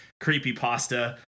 creepypasta